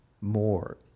more